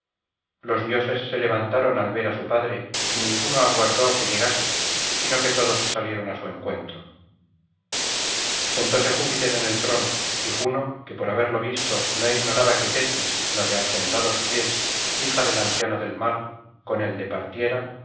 los dioses se levantaron al ver á su padre y ninguno aguardó que llegase sino que todos salieron á su encuentro sentóse júpiter en el trono y juno que por haberlo visto no ignoraba que tetis la de argentados pies hija del anciano del mar con él departiera